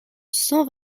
cent